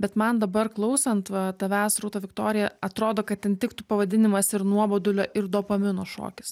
bet man dabar klausant va tavęs rūta viktorija atrodo kad ten tiktų pavadinimas ir nuobodulio ir dopamino šokis